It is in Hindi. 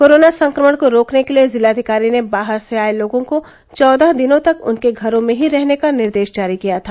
कोरोना संक्रमण को रोकने के लिए जिलाधिकारी ने बाहर से आए लोगों को चौदह दिनों तक उनके घरों में ही रहने का निर्देश जारी किया था